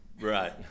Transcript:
Right